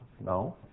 No